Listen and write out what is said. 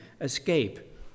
escape